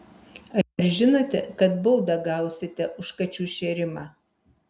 ar žinote kad baudą gausite už kačių šėrimą